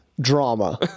drama